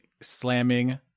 slamming